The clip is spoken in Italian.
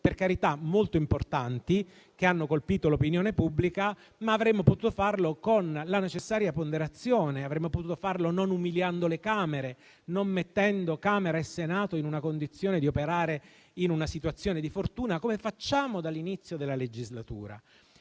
per carità molto importanti, che hanno colpito l'opinione pubblica, ma avremmo potuto farlo con la necessaria ponderazione. Avremmo potuto farlo non umiliando le Camere, non mettendo Camera e Senato nella condizione di operare in una situazione di fortuna, come facciamo dall'inizio della legislatura.